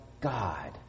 God